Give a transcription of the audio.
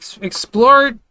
Explore